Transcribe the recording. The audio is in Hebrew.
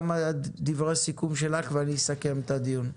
דברי סיכום שלך ואני אסכם את הדיון.